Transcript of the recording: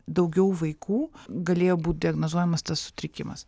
daugiau vaikų galėjo būt diagnozuojamas tas sutrikimas